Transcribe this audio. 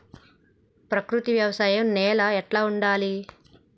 ప్రకృతి వ్యవసాయం నేల ఎట్లా ఉండాలి?